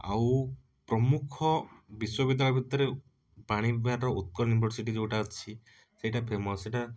ଆଉ ପ୍ରମୁଖ ବିଶ୍ୱବିଦ୍ୟାଳୟ ଭିତରେ ବାଣୀବିହାର ର ଉତ୍କଳ ୟୁନିଭର୍ସିଟି ଯେଉଁଟା ଅଛି ସେଇଟା ଫେମସ୍ ସେଇଟା